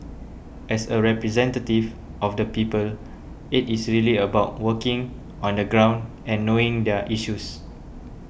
as a representative of the people it is really about working on the ground and knowing their issues